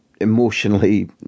emotionally